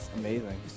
amazing